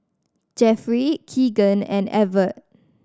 Jeffry Kegan and Evert